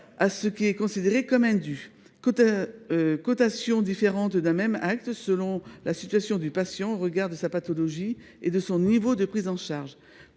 ce qui est considéré comme un dû ; cotation différente d’un même acte selon la situation du patient au regard de sa pathologie et de son niveau de prise en charge